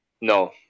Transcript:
No